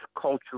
culture